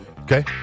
Okay